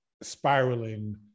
spiraling